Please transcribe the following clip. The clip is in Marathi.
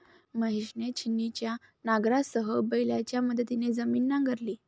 महेशने छिन्नीच्या नांगरासह बैलांच्या मदतीने जमीन नांगरली